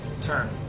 Turn